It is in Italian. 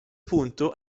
punto